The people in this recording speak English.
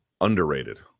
underrated